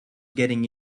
getting